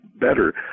better